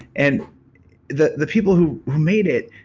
and the the people who who made it,